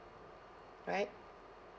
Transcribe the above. right